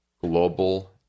global